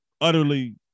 utterly